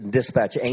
dispatch